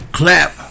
clap